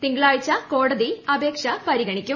തിങ്കളാഴ്ച കോടതി അപേക്ഷ പരിഗണിക്കും